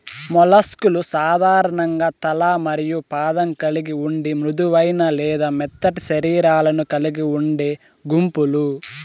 mollusc లు సాధారణంగా తల మరియు పాదం కలిగి ఉండి మృదువైన లేదా మెత్తటి శరీరాలను కలిగి ఉండే గుంపులు